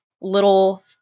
little